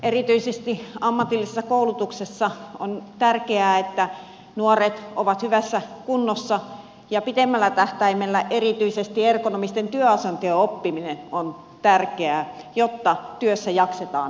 erityisesti ammatillisessa koulutuksessa on tärkeää että nuoret ovat hyvässä kunnossa ja pitemmällä tähtäimellä erityisesti ergonomisten työasentojen oppiminen on tärkeää jotta työssä jaksetaan pitkään